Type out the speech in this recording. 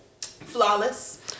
flawless